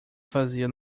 vazia